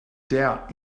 doubt